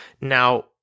Now